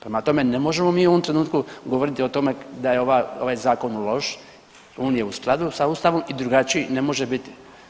Prema tome, ne možemo mi u ovom trenutku govoriti o tome da je ovaj zakon loš, on je u skladu sa ustavom i drugačiji ne može biti.